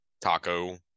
taco